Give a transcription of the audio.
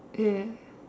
ya